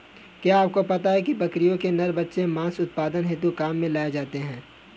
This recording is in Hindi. क्या आपको पता है बकरियों के नर बच्चे मांस उत्पादन हेतु काम में लाए जाते है?